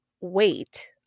wait